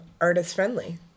artist-friendly